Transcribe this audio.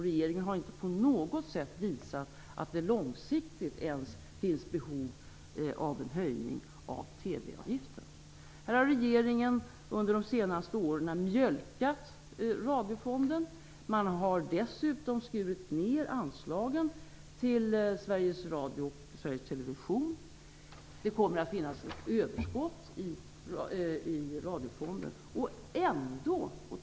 Regeringen har inte på något sätt visat att det ens långsiktigt finns behov av en höjning av TV-avgiften. Här har regeringen under de senaste åren mjölkat Radiofonden. Man har dessutom skurit ner anslagen till Sveriges Radio och Sveriges Television. Det kommer att finnas ett överskott i Radiofonden.